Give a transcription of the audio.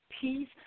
peace